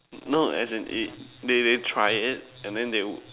no as in it they they try it and then they